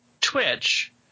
Twitch